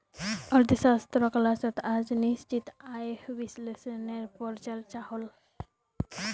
अर्थशाश्त्र क्लास्सोत आज निश्चित आय विस्लेसनेर पोर चर्चा होल